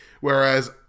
whereas